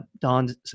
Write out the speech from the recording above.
Don's